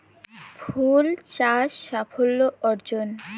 ফুল চাষ সাফল্য অর্জন?